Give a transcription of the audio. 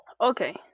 okay